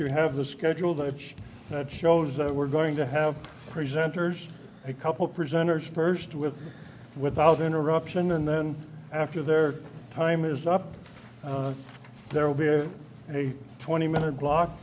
you have the schedule that that shows that we're going to have presenters a couple presenters first with without interruption and then after their time is up there will be a twenty minute block